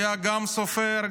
היה גם סופר,